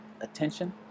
attention